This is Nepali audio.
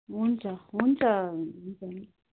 हुन्छ हुन्छ हुन्छ